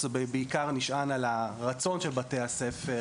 זה נשען בעיקר על הרצון של בתי הספר,